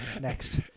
next